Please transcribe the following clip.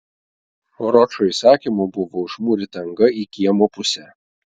ročo įsakymu buvo užmūryta anga į kiemo pusę